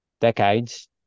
decades